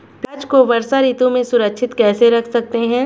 प्याज़ को वर्षा ऋतु में सुरक्षित कैसे रख सकते हैं?